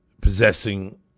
possessing